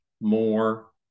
more